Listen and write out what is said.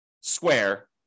square